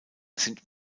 sind